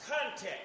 context